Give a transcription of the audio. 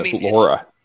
Laura